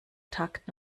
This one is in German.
takt